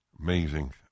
Amazing